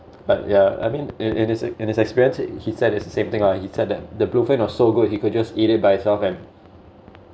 but yeah I mean it it is in his experience he said it's the same thing lah he said that the blue fin was so good he could just eat it by itself and